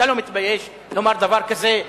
אתה לא מתבייש לומר דבר כזה?